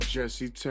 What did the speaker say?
Jesse